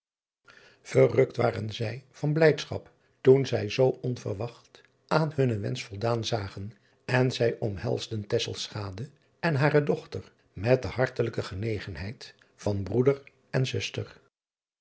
errukt waren zij van blijdschap toen zij zoo onverwacht aan hunnen driaan oosjes zn et leven van illegonda uisman wensch voldaan zagen en zij omhelsden en hare dochter met de hartelijke genegenheid van broeder en zuster